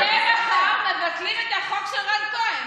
ואתם עכשיו מבטלים את החוק של רן כהן,